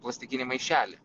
plastikinį maišelį